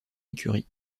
écuries